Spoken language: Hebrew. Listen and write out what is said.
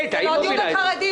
דיון על חרדים.